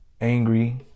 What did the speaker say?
angry